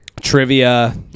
Trivia